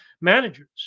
managers